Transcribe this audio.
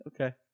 Okay